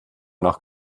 nach